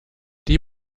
die